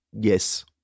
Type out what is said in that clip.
Yes